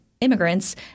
immigrants